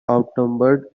outnumbered